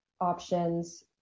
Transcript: options